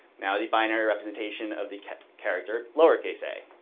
now, the binary representation of the character lowercase a